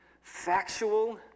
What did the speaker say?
factual